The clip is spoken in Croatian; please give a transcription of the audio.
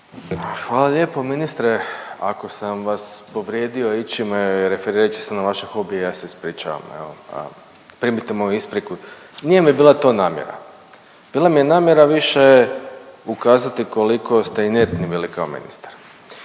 Hvala lijepo ministre. Ako sam vas povrijedio ičime referirajući se na vaše hobije, ja se ispričavam evo. Pa primite moju ispriku, nije mi bila to namjera. Bila mi je namjera više ukazati koliko ste inertni bili kao ministar.